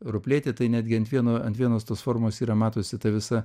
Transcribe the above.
ruplėti tai netgi ant vieno ant vienos tos formos yra matosi ta visa